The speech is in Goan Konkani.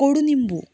कोडू निंबू